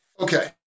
Okay